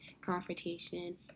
confrontation